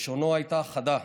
לשונו הייתה חדה,